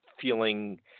feeling